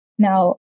Now